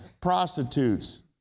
prostitutes